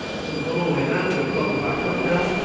so we've gone all the way down, got to bubble back up now.